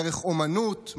דרך אומנות,